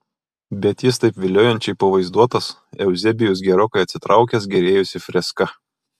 bet jis taip viliojančiai pavaizduotas euzebijus gerokai atsitraukęs gėrėjosi freska